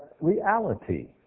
reality